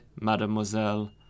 mademoiselle